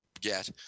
get